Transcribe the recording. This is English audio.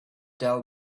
tell